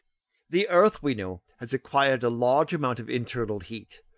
the earth we know has acquired a large amount of internal heat,